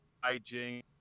hygiene